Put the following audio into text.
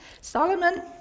Solomon